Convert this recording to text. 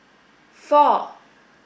four